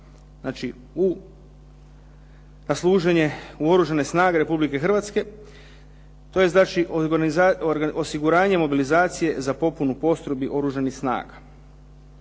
na služenje u Oružane snage Republike Hrvatske. To je znači osiguranje mobilizacije za popunu postrojbi Oružanih snaga.